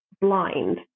blind